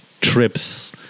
trips